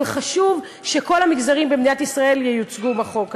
אבל חשוב שכל המגזרים במדינת ישראל ייוצגו בחוק הזה.